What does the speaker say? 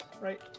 right